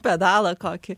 pedalą kokį